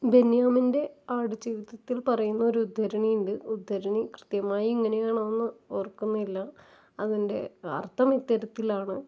ബെന്യാമിൻ്റെ ആടുജീവിതത്തിൽ പറയുന്നൊരു ഉദ്ധരിണി ഉണ്ട് ഉദ്ധരണി കൃത്യമായി എങ്ങനെയാണെന്ന് ഓർക്കുന്നില്ല അതിൻ്റെ അർഥം ഇത്തരത്തിലാണ്